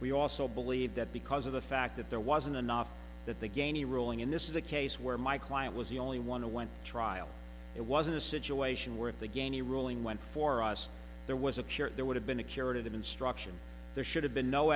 we also believe that because of the fact that there wasn't enough that the gainey rolling in this is a case where my client was the only one who went to trial it wasn't a situation where if the gainey ruling went for us there was a cure there would have been a curative instruction there should have been no